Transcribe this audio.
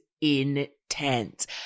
intense